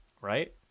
Right